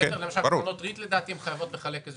אין